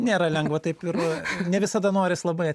nėra lengva taip ir ne visada noris labai